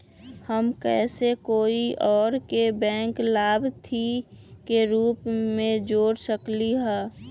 हम कैसे कोई और के बैंक लाभार्थी के रूप में जोर सकली ह?